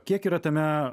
kiek yra tame